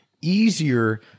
easier